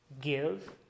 Give